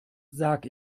sag